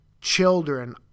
children